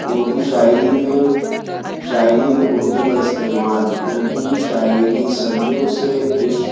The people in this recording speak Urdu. اردو شاعری میں شاعری میں اردو کا استعمال اردو شاعری صدیوں سے اس